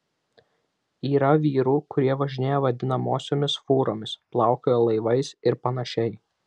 yra vyrų kurie važinėja vadinamosiomis fūromis plaukioja laivais ir panašiai